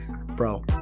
Bro